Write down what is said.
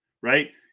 right